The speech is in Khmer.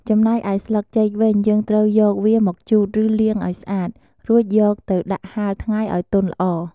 ចំណែកឯស្លឹកចេកវិញ យើងត្រូវយកវាមកជូត ឬលាងឱ្យស្អាត រួចយកទៅដាក់ហាលថ្ងៃឱ្យទន់ល្អ។